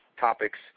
topics